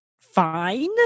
fine